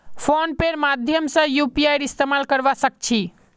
phone पेर माध्यम से यूपीआईर इस्तेमाल करवा सक छी